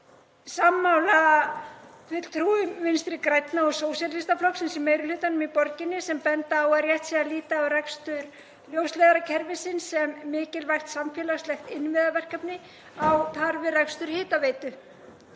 sammála fulltrúum Vinstri grænna og Sósíalistaflokksins í meiri hlutanum í borginni sem benda á að rétt sé að líta á rekstur ljósleiðarakerfisins sem mikilvægt samfélagslegt innviðaverkefni á pari við rekstur hitaveitu?